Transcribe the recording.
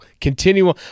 continue